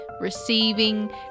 receiving